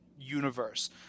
universe